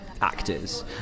actors